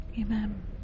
Amen